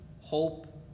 hope